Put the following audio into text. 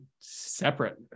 separate